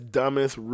dumbest